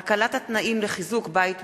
(הקלת התנאים לחיזוק בית משותף),